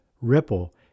Ripple